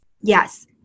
Yes